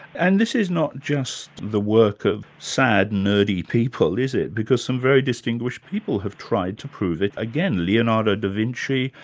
and this is not just the work of sad, nerdy people, is it, because some very distinguished people have tried to prove it again. leonardo da vinci,